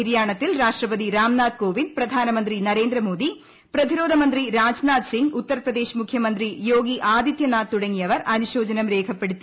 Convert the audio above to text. നിര്യാണത്തിൽ രാഷ്ട്രപതി രാംനാഥ് കോവിന്ദ് പ്രധാന മന്ത്രി നരേന്ദ്ര മോദി പ്രതിരോധമന്ത്രി രാജ്നാഥ് സിങ് ഉത്തർപ്രദേശ് മുഖ്യമന്ത്രി യോഗി ആദിത്യനാഥ് തുടങ്ങിയവർ അനുശോചനം രേഖപ്പെടുത്തി